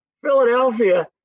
Philadelphia